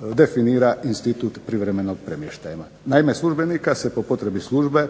definira institut privremenog premještaja. Naime, službenika se po potrebi službe